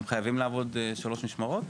הם חייבים לעבוד שלוש משמרות?